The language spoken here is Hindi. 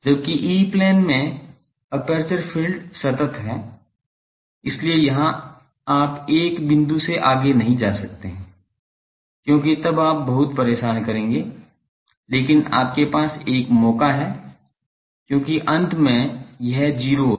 जबकि ई प्लेन में एपर्चर फ़ील्ड सतत है इसीलिए यहाँ आप एक बिंदु से आगे नहीं जा सकते हैं क्योंकि तब आप बहुत परेशान करेंगे लेकिन आपके पास एक मौका है क्योंकि अंत में यह 0 हो जाता है